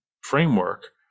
framework